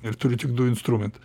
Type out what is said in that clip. ir turiu tik du instrumentus